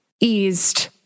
eased